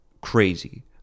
crazy